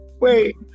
Wait